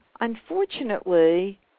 unfortunately